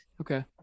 Okay